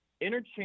Interchange